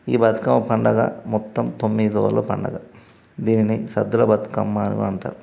ఈ బతుకమ్మ పండుగ మొత్తం తొమ్మిది రోజుల పండుగ దీనిని సద్దుల బతుకమ్మ అని కూడా అంటారు